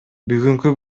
бүгүнкү